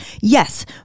yes